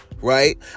right